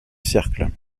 cercle